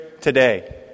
today